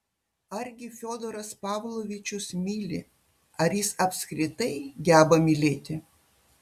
argi fiodoras pavlovičius myli ar jis apskritai geba mylėti